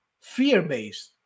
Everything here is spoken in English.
fear-based